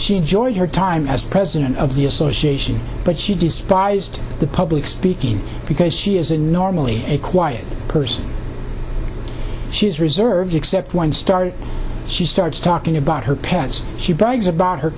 she enjoyed her time as president of the association but she despised the public speaking because she is a normally a quiet person she is reserved except when start she starts talking about her pets she brags about her